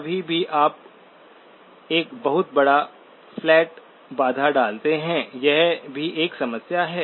कभी भी आप एक बहुत बड़ा फ्लैट बाधा डालते हैं यह भी एक समस्या है